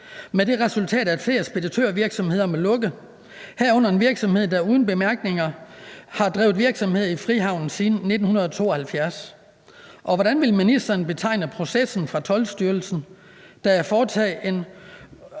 med det resultat, at flere speditørvirksomheder må lukke, herunder en virksomhed, der uden bemærkninger har drevet virksomhed i Frihavnen siden 1972, og hvordan vil ministeren betegne processen fra Toldstyrelsen, der er foregået